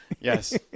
Yes